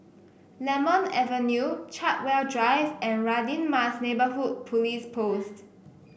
Lemon Avenue Chartwell Drive and Radin Mas Neighbourhood Police Post